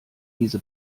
diese